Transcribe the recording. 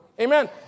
Amen